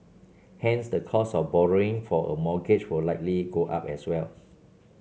hence the cost of borrowing for a mortgage will likely go up as well